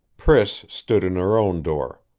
priss stood in her own door.